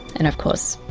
and of course,